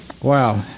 Wow